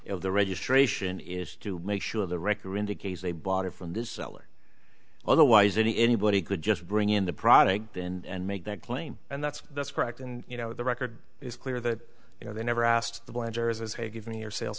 if the registration is to make sure the record indicates they bought it from this or otherwise any anybody could just bring in the product and make that claim and that's that's correct and you know the record is clear that you know they never asked the voyageurs as hey give me your sales